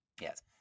yes